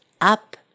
up